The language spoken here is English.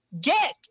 get